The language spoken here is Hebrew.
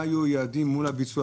מה היו היעדים מול הביצוע